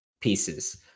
pieces